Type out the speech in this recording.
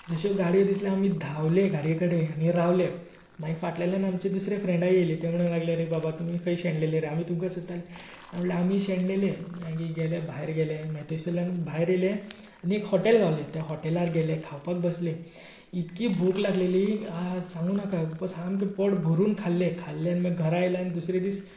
जश्यो गाड्यो दिसल्यो आमी धांवले गाड्ये कडेन आनी रावले मागीर फाटल्यानच्यान आमचे दुसरे फ्रेंडा येले ते म्हणूंक लागले आरे बाबा तुमी खंय शेणलेले रे आमी तुमकां सोदताले आमी म्हणलें आमी शेणलेले मागीर गेले भायर गेले आनी थंयसरल्यान भायर येले आनी थंयसर एक हॉटेल गावलें त्या हॉटेलार गेले खावपाक बसले इतकी भूक लागलेली सांगुनाका सामकें पोट भरून खालें खालें आनी घरा आयले आनी दुसरे दीस